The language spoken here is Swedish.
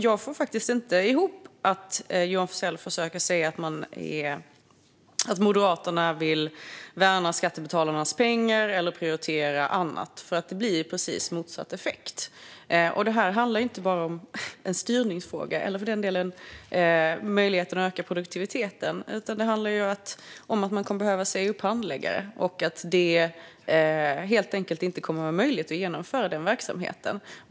Jag får faktiskt inte ihop det när Johan Forssell försöker säga att Moderaterna vill värna skattebetalarnas pengar eller prioritera annat, för det blir precis motsatt effekt. Detta handlar inte bara om en styrningsfråga eller för den delen möjligheten att öka produktiviteten, utan det handlar om att man kommer att behöva säga upp handläggare. Det kommer helt enkelt inte att vara möjligt att genomföra den verksamheten.